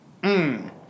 Mmm